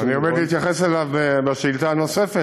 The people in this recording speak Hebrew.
אני עומד להתייחס אליו בשאלה הנוספת,